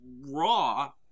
raw